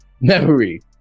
memory